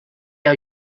are